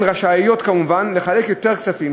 הן רשאיות כמובן לחלק יותר כספים,